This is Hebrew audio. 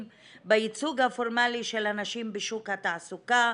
בייצוג הפורמאלי של הנשים בשוק התעסוקה,